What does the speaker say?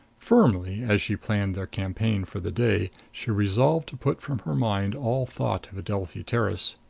firmly, as she planned their campaign for the day, she resolved to put from her mind all thought of adelphi terrace.